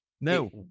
No